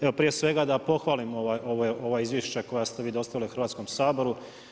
Evo prije svega da pohvalim ova izvješća koja ste vi dostavili Hrvatskom saboru.